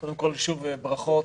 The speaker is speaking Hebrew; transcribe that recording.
קודם כול, שוב ברכות.